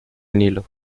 nilo